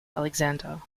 alexander